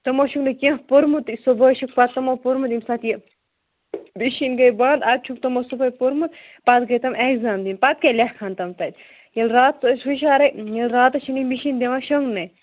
تِمو چھُنہٕ کیٚنٛہہ پوٚرمُتُے صُبحٲے چھُکھ پَتہٕ تِمو پوٚرمُت ییٚمہِ ساتہٕ یہِ مِشیٖن گٔے بنٛد اَدٕ چھُکھ تِمو صُبحٲے پوٚرمُت پتہٕ گٔے تِم اٮ۪کزام دِنہِ پَتہٕ کیٛاہ لیٚکھہٲن تِم تَتہِ ییٚلہِ راتَس ٲسۍ ہُشارَے ییٚلہِ راتَس چھِنہٕ یہِ مِشیٖن دِوان شۄنٛگنَے